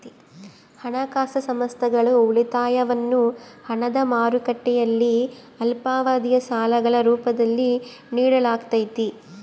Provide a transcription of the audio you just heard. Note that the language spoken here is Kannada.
ಹಣಕಾಸು ಸಂಸ್ಥೆಗಳು ಉಳಿತಾಯವನ್ನು ಹಣದ ಮಾರುಕಟ್ಟೆಯಲ್ಲಿ ಅಲ್ಪಾವಧಿಯ ಸಾಲಗಳ ರೂಪದಲ್ಲಿ ನಿಡಲಾಗತೈತಿ